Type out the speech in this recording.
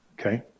Okay